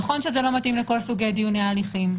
נכון שזה לא מתאים לכל סוגי דיוני ההליכים,